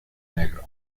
negro